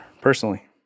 personally